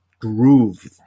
groove